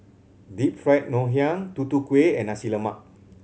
Deep Fried Ngoh Hiang Tutu Kueh and Nasi Lemak